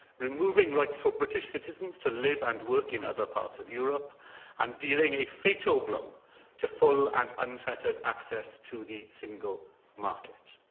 removing rights for british citizens to live and work in other parts of europe and dealing a fatal blow to full and unfettered access to the single market.